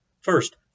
First